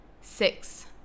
Six